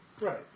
Right